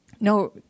No